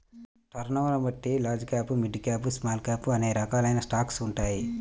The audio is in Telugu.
టర్నోవర్ని బట్టి large cap, mid cap, small cap అనే రకాలైన స్టాక్స్ ఉంటాయి